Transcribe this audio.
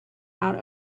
out